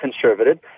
conservative